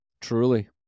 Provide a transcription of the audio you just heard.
Truly